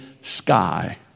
sky